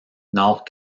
nord